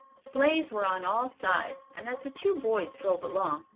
sleighs were on all sides and, as the two boys drove along,